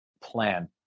plan